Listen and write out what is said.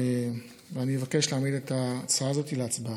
אני מבקש להעמיד את ההצעה הזאת להצבעה.